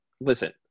listen